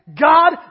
God